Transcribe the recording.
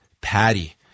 patty